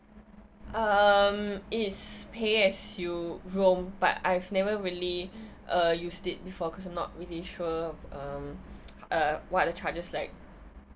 um it's pay as you roam but I've never really uh used it for cause I'm not really sure um uh what are the charges like